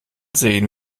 sehen